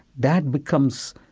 that becomes,